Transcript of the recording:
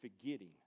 forgetting